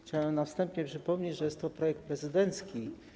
Chciałbym na wstępie przypomnieć, że jest to projekt prezydencki.